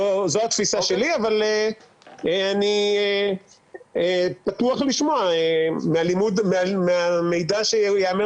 זו התפיסה שלי אבל אני פתוח לשמוע מהמידע שייאמר